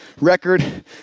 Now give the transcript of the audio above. record